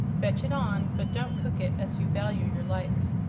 fetch it on, but don't cook it, as you value your life.